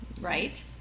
right